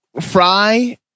Fry